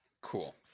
Cool